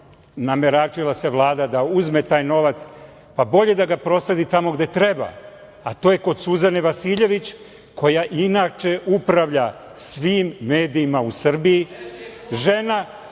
nameračila se Vlada da uzme taj novac, pa bolje da ga prosledi tamo gde treba, a to je kod Suzane Vasiljević, koja inače upravlja svim medijima u Srbiji, žena